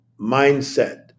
mindset